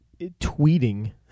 tweeting